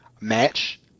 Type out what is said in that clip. match